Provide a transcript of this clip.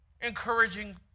Encouraging